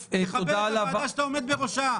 תכבד את הוועדה שאתה עומד בראשה.